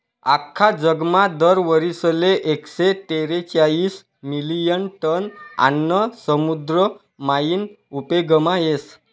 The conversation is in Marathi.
आख्खा जगमा दर वरीसले एकशे तेरेचायीस मिलियन टन आन्न समुद्र मायीन उपेगमा येस